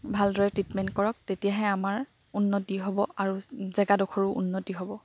ভালদৰে ট্ৰিটমেণ্ট কৰক তেতিয়াহে আমাৰ উন্নতি হ'ব আৰু জেগাডোখৰো উন্নতি হ'ব